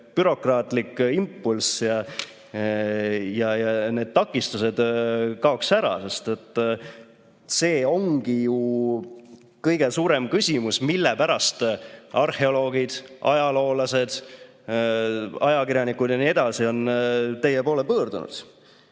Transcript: bürokraatlik impulss ja need takistused kaoks ära. See ongi ju kõige suurem küsimus, mille pärast arheoloogid, ajaloolased, ajakirjanikud ja teised on teie poole pöördunud.